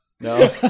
No